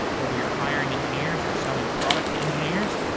whether you're hiring engineers or selling a product to engineers,